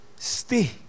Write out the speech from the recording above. Stay